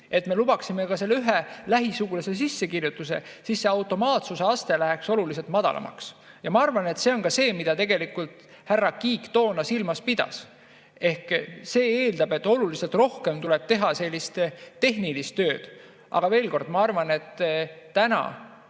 et me lubaksime ka selle ühe lähisugulase sissekirjutuse, siis see automaatsuse aste läheks oluliselt madalamaks. Ja ma arvan, et see on see, mida tegelikult härra Kiik toona silmas pidas. Ehk see eeldab, et oluliselt rohkem tuleb teha sellist tehnilist tööd. Aga veel kord: ma arvan, et täna,